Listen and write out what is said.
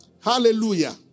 Hallelujah